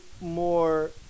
more